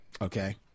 Okay